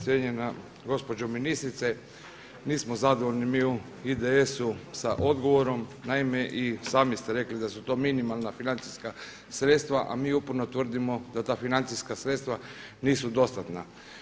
Cijenjena gospođo ministrice, nismo zadovoljni mi u IDS-u sa odgovorom, naime i sami ste rekli da su to minimalna financijska sredstva a mi uporno tvrdimo da ta financijska sredstva nisu dostatna.